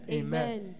amen